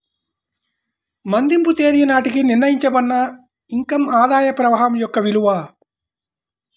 మదింపు తేదీ నాటికి నిర్ణయించబడిన ఇన్ కమ్ ఆదాయ ప్రవాహం యొక్క విలువ